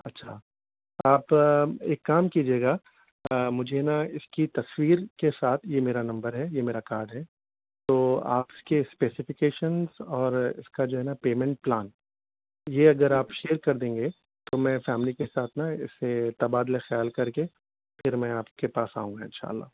اچھا آپ ایک کام کیجیے گا مجھے نا اس کی تصویر کے ساتھ یہ میرا نمبر ہے یہ میرا کارڈ ہے تو آپ اس کے اسپیسیفکیشنس اور اس کا جو ہے نا پیمنٹ پلان یہ ذرا آپ شیئر کر دیں گے تو میں فیملی کے ساتھ نا اس سے تبادلۂ خیال کر کے پھر میں آپ کے پاس آؤں گا انشا اللہ